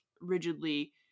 rigidly